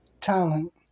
talent